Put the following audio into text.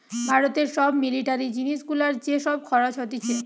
ভারতে সব মিলিটারি জিনিস গুলার যে সব খরচ হতিছে